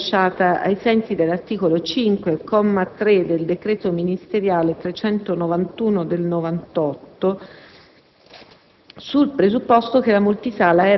L'autorizzazione è stata rilasciata ai sensi dell'articolo 5, comma 3, del decreto ministeriale n. 391 del 1998,